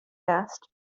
asked